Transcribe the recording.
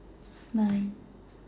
nine